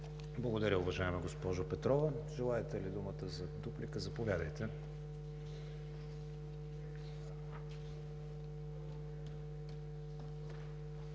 Благодаря, уважаема госпожо Петрова. Желаете ли думата, за дуплика – заповядайте.